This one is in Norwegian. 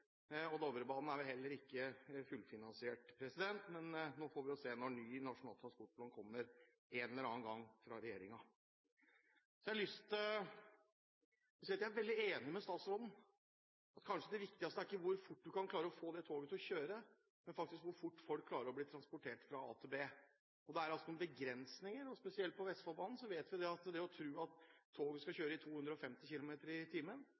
kr. Dovrebanen er vel heller ikke fullfinansiert. Men nå får vi jo se når ny Nasjonal transportplan kommer – en eller annen gang – fra regjeringen. Jeg er veldig enig med statsråden: Det viktigste er kanskje ikke hvor fort man kan klare å få toget til å kjøre, men hvor fort folk blir transportert fra A til B. Det er altså noen begrensninger. Spesielt på Vestfoldbanen vet vi at det å tro at toget skal kjøre 250 km/t,